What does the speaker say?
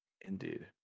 Indeed